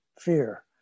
fear